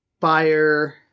fire